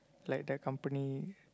like the company